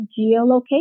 geolocation